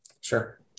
sure